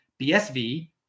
BSV